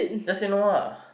just say no ah